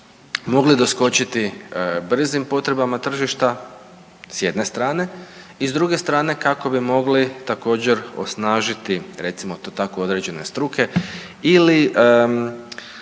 mogli doskočiti brzim potrebama tržišta, s jedne strane, i s druge strane kako bi mogli također osnažiti recimo to tako određene struke ili